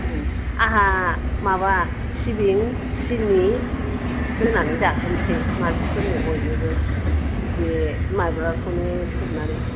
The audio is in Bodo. ए आंहा माबा सिबिं सिनि होनानै जाहोनोसै मानसिफोरनो बयनोबो बे मायब्राखौनो संनानै